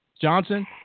Johnson